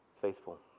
faithful